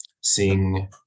sing